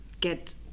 get